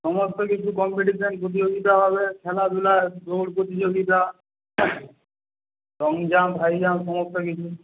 সমস্ত কিছু কম্পিটিশন প্রতিযোগিতা হবে খেলাধুলা দৌড় প্রতিযোগিতা লং জাম্প হাই জাম্প সমস্ত কিছু